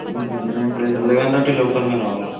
ఏం లేదు sir eleven thirty లోపల రావాలా